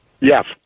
Yes